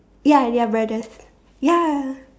ya ya brothers ya